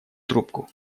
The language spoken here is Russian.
трубку